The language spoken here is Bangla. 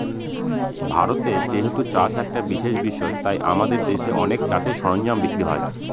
ভারতে যেহেতু চাষ একটা বিশেষ বিষয় তাই আমাদের দেশে অনেক চাষের সরঞ্জাম বিক্রি হয়